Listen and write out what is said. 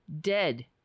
Dead